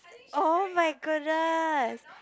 oh my goodness